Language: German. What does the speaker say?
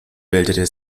bildete